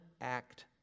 act